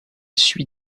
suit